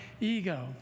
ego